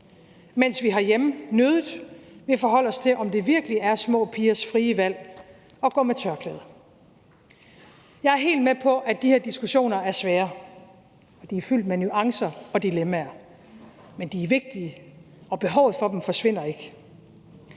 mens vi herhjemme nødig vil forholde os til, om det virkelig er små pigers frie valg at gå med tørklæde. Jeg er helt med på, at de her diskussioner er svære, og de er fyldt med nuancer og dilemmaer, men de er vigtige, og behovet for dem forsvinder ikke.